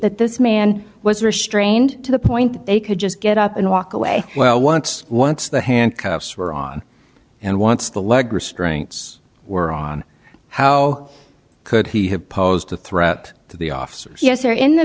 that this man was restrained to the point that they could just get up and walk away well once once the handcuffs were on and once the leg restraints were on how could he have posed a threat to the officer yes or in the